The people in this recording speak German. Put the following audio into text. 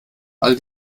all